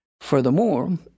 Furthermore